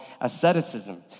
asceticism